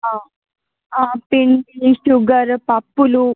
పిండి షుగర్ పప్పులు